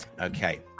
Okay